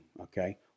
okay